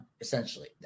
essentially